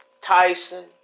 Tyson